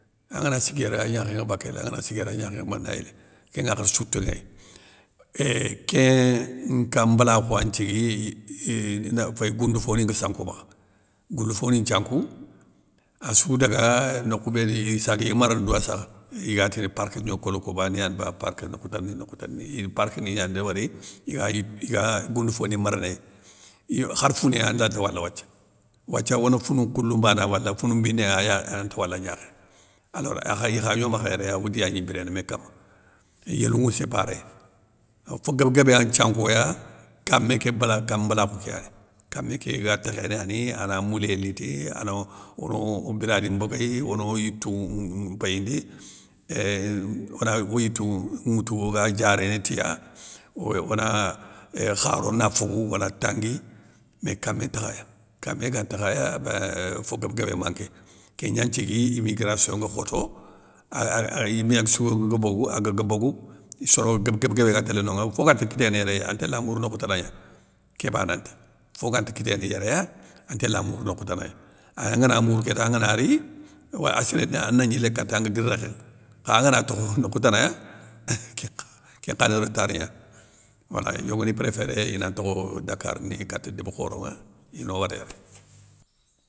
Angana sigui yéré an gnakhénŋa bakél, angana sigui yéré an gnakhénŋa manayéli, kén ŋakhati souté ŋéy, eeuuhh kén nkambalakhou ya nthigui, euuh ii nda féy gounde fo ni nga sankou o makha, gounge foni nthiankou, assou daga, nokhou béni, issagui marne douwa sakh, igatini park niokolokobani yane ba park nokhou tane ni nokhou tane ni, ine park ni gnane débéri, ina igua gounde fo ni maranéy, yo khar founé alanta wale wathia, wathia one founou nkhoulou, bana wala, founou mbiné, agna, ante wala gnakhénŋa, alors ikha gno makha yéré odi ya gni biréné mé kama, yélounŋou sé paréy, aw fo guéb guébé ya nthiankoya, kamé ké bala kan mbalakhou ké yani kamé ké gua tékhéné yani, ana mouléyé liti, ana ono o biradi mbéguéy, ono o yitou mpéyindi, éuuh ona o yitou ŋwoutou oga diaréné tiya, oy ona, éuuh kharo na fogou, ona tangui mé kamé ntakhaya, kamé gan ntakhaya, béin fo guéb guébé manké, kén gnan nthigui immigration nga khoto, ahh iméyaksso ga bogou, aga ba bogou, issoro guéb guébé ga télé nonŋa fo ganta kiténé yéréya antéla mourou nokhou tanan gna, kébani ta, fo ganta kiténé yéréya an ntéla mourou nokhou tanaya, an ngana mourou kéta angana ri, wé assiréniya ana gnilé kata nguir rékhé kha angana tokhou nokhou tanaya, kén nkha kén nkha ni retar gna, wala i yogoni préféré, ina ntokho dakar ni, kata déb khoronŋa, ino war yéré.